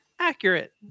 accurate